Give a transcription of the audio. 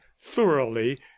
thoroughly